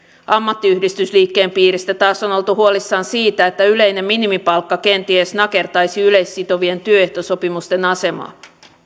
ammattiyhdistysliikkeen piirissä taas on on oltu huolissaan siitä että yleinen minimipalkka kenties nakertaisi yleissitovien työehtosopimusten asemaa